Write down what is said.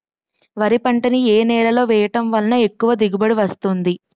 వరి పంట ని ఏ నేలలో వేయటం వలన ఎక్కువ దిగుబడి వస్తుంది?